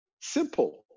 Simple